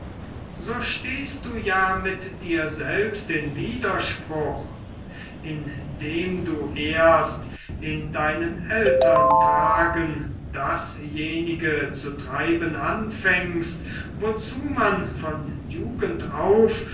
so stehst du ja mit dir selbst im widerspruch indem du erst in deinen ältern tagen dasjenige zu treiben anfängst wozu man von jugend auf